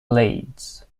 leeds